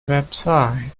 website